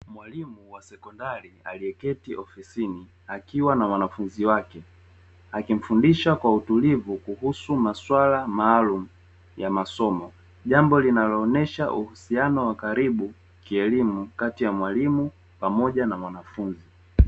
Mwalimu wa sekondari ameketi ofisini na mwanafunzi wake jambo ambalo linaonyesha ukaribu wa mwanafunzi na mwalimu